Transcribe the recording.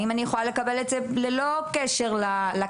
האם אני יכולה לקבל את זה ללא קשר לקנס?